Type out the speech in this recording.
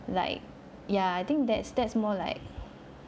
like ya I think that's that's more like